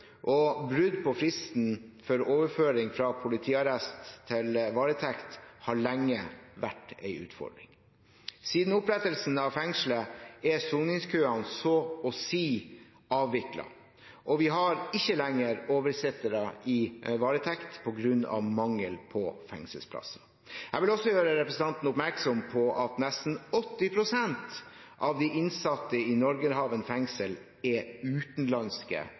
og brudd på fristen for overføring fra politiarrest til varetekt har lenge vært en utfordring. Siden opprettelsen av fengselet er soningskøene så å si avviklet, og vi har ikke lenger oversittere i varetekt på grunn av mangel på fengselsplass. Jeg vil også gjøre representanten oppmerksom på at nesten 80 pst. av de innsatte i Norgerhaven fengsel er utenlandske